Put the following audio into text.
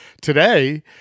today